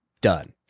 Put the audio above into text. done